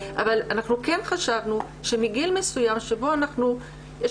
אבל אנחנו כן חשבנו שמגיל מסוים בו יש